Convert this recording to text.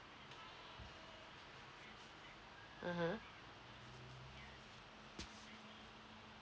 mmhmm